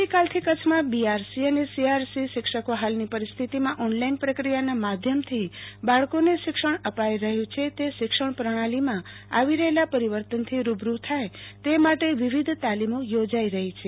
આવતીકાલથી કરછના બીઆરસી અને સીઆરસી શિક્ષણફાલની પરીસ્થિતિમાં ઓનલાઈન પ્રક્રિયાનાં માધ્યમથી બાળકોને શિક્ષણ અપાઈ રહ્યું છે તે શિક્ષણ પ્રણાલીમાં આવી રફેલા પરિવર્તન થી રૂબરૂ થાય તે માટે વિવિધ તાલીમો યોજાઈ રફી છે